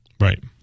Right